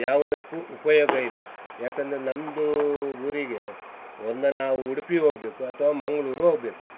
ಯಾವುದಕ್ಕೂ ಉಪಯೋಗ ಇಲ್ಲ ಯಾಕಂದರೆ ನಮ್ಮದು ಊರಿಗೆ ಒಂದಾ ನಾವು ಉಡುಪಿಗೆ ಹೋಗಬೇಕು ಅಥವಾ ಮಂಗಳೂರು ಹೋಗಬೇಕು